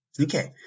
Okay